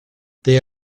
they